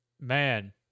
man